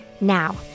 Now